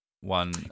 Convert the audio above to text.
one